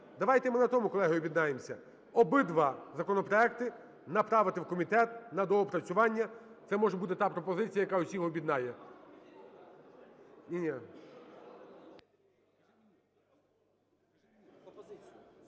Давайте ми на тому, колеги, об'єднаємося: обидва законопроекти направити в комітет на доопрацювання. Це може бути та пропозиція, яка всіх об'єднає.